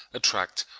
attract,